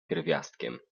pierwiastkiem